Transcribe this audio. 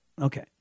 Okay